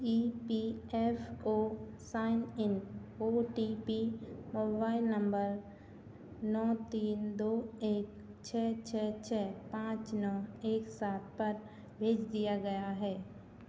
E P F O sign in O T P mobile number नौ तीन दो एक छह छह छह पाँच नौ एक सात पर भेज दिया गया है